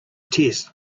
chest